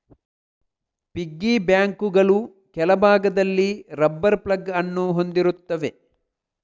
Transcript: piggy ಬ್ಯಾಂಕುಗಳು ಕೆಳಭಾಗದಲ್ಲಿ rubber plug ಅನ್ನು ಹೊಂದಿರುತ್ತವೆ